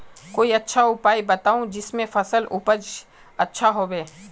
कोई अच्छा उपाय बताऊं जिससे फसल उपज अच्छा होबे